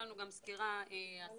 תודה רבה אדוני היושב-ראש.